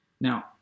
Now